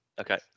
okay